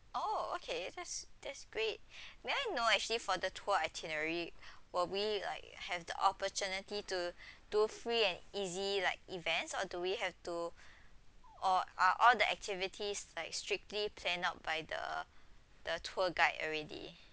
oh okay that's that's great may I know actually for the tour itinerary will we like have the opportunity to do free and easy like events or do we have to or are all the activities like strictly planned out by the the tour guide already